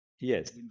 Yes